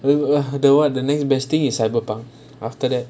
the [one] the next best thing is cyberpunk after that